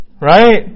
Right